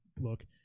look